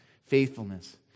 faithfulness